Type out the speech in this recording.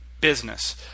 business